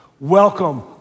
Welcome